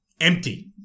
empty